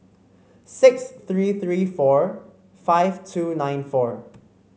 six three three four five two nine four